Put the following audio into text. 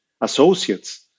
associates